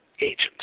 agents